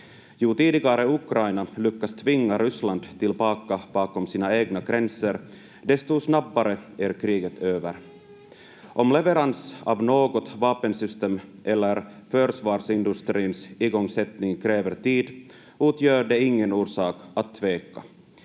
Ju tidigare Ukraina lyckas tvinga Ryssland tillbaka bakom sina egna gränser, desto snabbare är kriget över. Om leverans av något vapensystem eller försvarsindustrins igångsättning kräver tid, utgör det ingen orsak att tveka.